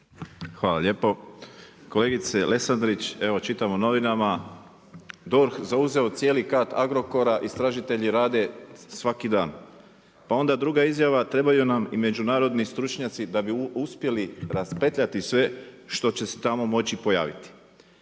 Hvala lijepo. Kolegice Lesandrić, evo čitam u novinama DORH zauzeo cijeli kat Agrokora, istražitelji rade svaki dan. Pa onda druga izjava trebaju nam i međunarodni stručnjaci da bi uspjeli raspetljati sve što će se tamo moći pojaviti.